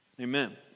Amen